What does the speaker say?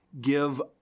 give